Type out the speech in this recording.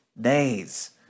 days